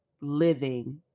living